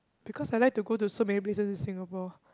because I like to go to so many places in Singapore